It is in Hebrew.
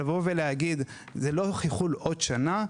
לבוא ולהגיד: זה לא יחול עוד שנה,